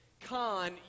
con